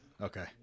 Okay